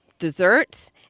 desserts